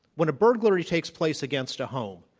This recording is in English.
when a burglary takes place against a home,